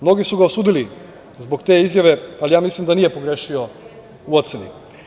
Mnogi su ga osudili zbog te izjave, ali ja mislim da nije pogrešio u oceni.